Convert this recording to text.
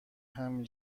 همین